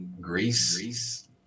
Greece